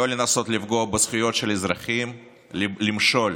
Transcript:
לא לנסות לפגוע בזכויות של אזרחים, למשול.